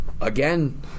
Again